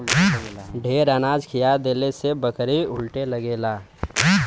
ढेर अनाज खिया देहले से बकरी उलटे लगेला